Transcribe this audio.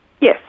Yes